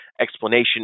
explanation